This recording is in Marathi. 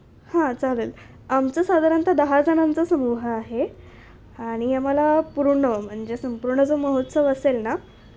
हां चालेल आमचं साधारणतः दहा जणांचा समूह आहे आणि आम्हाला पूर्ण म्हणजे संपूर्ण जो महोत्सव असेल ना